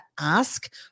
ask